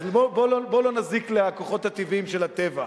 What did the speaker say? אז בוא לא נזיק לכוחות הטבעיים של הטבע.